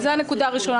זו הנקודה הראשונה.